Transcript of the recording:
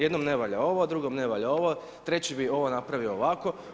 Jednom ne valja ovo, drugom ne valja ovo, treći bi ovo napravio ovako.